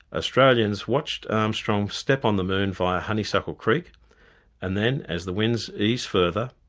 australians watched armstrong step on the moon via honeysuckle creek and then, as the winds eased further,